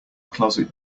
closet